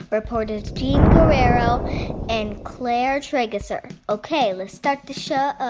reporters jean guerrero and claire trageser. ok, let's start the show.